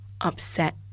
upset